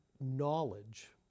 knowledge